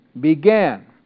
began